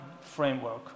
framework